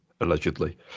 allegedly